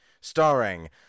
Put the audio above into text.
starring